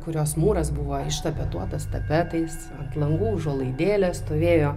kurios mūras buvo ištapetuotas tapetais ant langų užuolaidėlės stovėjo